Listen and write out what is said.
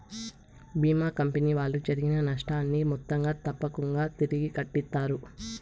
భీమా company వాళ్ళు జరిగిన నష్టాన్ని మొత్తంగా తప్పకుంగా తిరిగి కట్టిత్తారు